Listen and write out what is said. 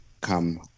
come